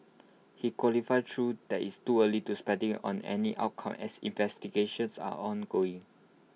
he qualified though that IT is too early to speculate on any outcome as investigations are ongoing